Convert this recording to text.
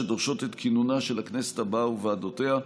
שדורשות את כינונה של הכנסת הבאה וועדותיה.